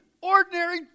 ordinary